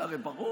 זה הרי ברור,